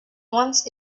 wants